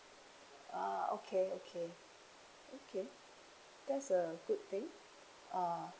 ah okay okay okay that's a good thing uh